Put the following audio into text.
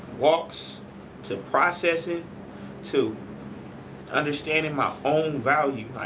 walks to processing to understanding my own value. like,